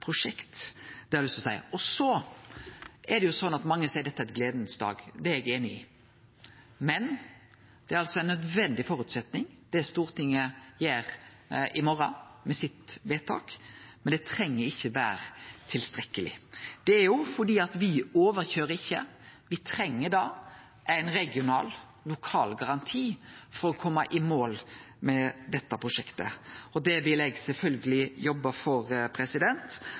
prosjekt – det har eg lyst til å seie. Så er det mange som seier at dette er ein «gledens dag». Det er eg einig i. Det er altså ein nødvendig føresetnad det Stortinget gjer i morgon med sitt vedtak, men det treng ikkje vere tilstrekkeleg. For me køyrer ikkje over, me treng ein regional lokal garanti for å kome i mål med dette prosjektet, og det vil eg sjølvsagt jobbe for,